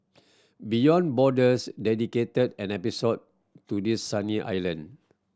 Beyond Borders dedicated an episode to this sunny island